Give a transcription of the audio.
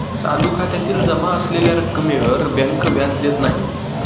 चालू खात्यातील जमा असलेल्या रक्कमेवर बँक व्याज देत नाही